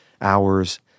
hours